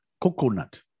Coconut